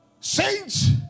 Saints